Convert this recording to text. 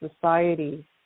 society